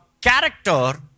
character